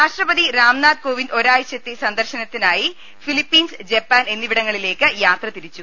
രാഷ്ട്രപതി രാംനാഥ് കോവിന്ദ് ഒരാഴ്ചത്തെ സന്ദർശനത്തി നായി ഫിലിപ്പീൻസ് ജപ്പാൻ എന്നിവിടങ്ങളിലേക്ക് യാത്ര തിരി ച്ചു